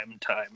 Time